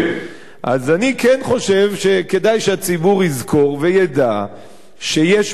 אז אני כן חושב שכדאי שהציבור יזכור וידע שיש מאמצים